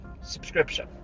Subscription